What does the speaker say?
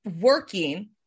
working